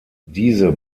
diese